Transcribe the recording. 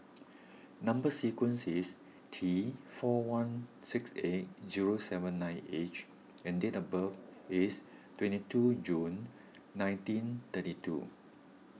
Number Sequence is T four one six eight zero seven nine H and date of birth is twenty two June nineteen thirty two